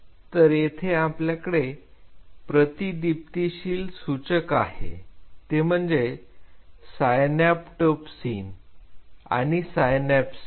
तर येथे आपल्याकडे प्रतिदीप्तीशील सूचक आहे ते म्हणजे सायन्यापटोफ्यसीन आणि सायन्याप्सीन